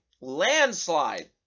Landslide